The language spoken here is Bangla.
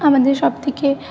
আমাদের সব থেকে